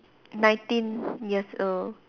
nineteen years old